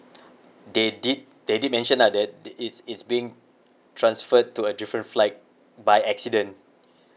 they did they did mention lah that that it's it's being transferred to a different flight by accident